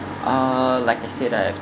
uh like I said I've